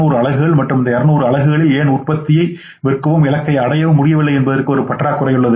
200 அலகுகள் மற்றும் அந்த 200 அலகுகளில் ஏன் உற்பத்தியை விற்கவும் இலக்கை அடையவும் முடியவில்லை என்பதற்கு ஒரு பற்றாக்குறை உள்ளது